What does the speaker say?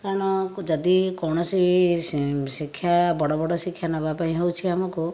କାରଣ ଯଦି କୌଣସି ଶିକ୍ଷା ବଡ଼ ବଡ଼ ଶିକ୍ଷା ନେବାପାଇଁ ହେଉଛି ଆମକୁ